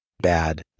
bad